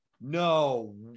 no